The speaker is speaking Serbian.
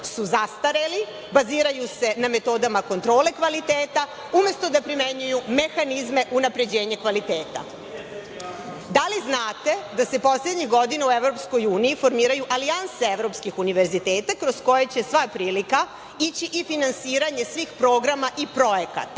su zastareli, baziraju se na metodama kontrole kvaliteta, umesto da primenjuju mehanizme unapređenje kvaliteta. Da li znate da se poslednjih godina u Evropskoj uniji formiraju alijanse evropskih univerziteta kroz koje će, sva je prilika, ići i finansiranje svih programa i projekata